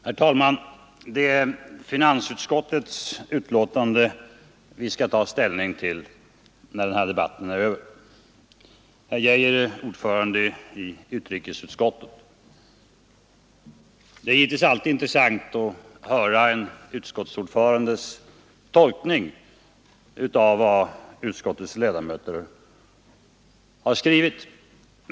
Herr talman! Det är finansutskottets betänkande vi skall ta ställning till när den här debatten är över. Herr Arne Geijer är ordförande i utrikesutskottet. Det är givetvis alltid intressant att höra en utskottsordförandes tolkning av vad utskottets ledamöter har skrivit.